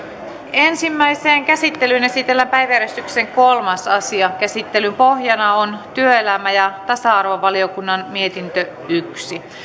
ensimmäiseen käsittelyyn esitellään päiväjärjestyksen kolmas asia käsittelyn pohjana on työelämä ja tasa arvovaliokunnan mietintö yksi